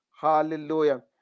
Hallelujah